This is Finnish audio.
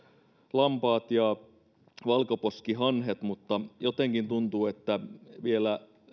lampaat ja valkoposkihanhet mutta jotenkin tuntuu että vielä